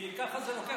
כי ככה זה לוקח,